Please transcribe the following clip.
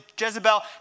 Jezebel